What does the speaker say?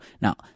Now